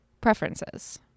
preferences